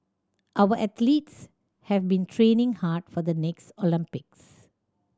our athletes have been training hard for the next Olympics